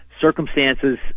circumstances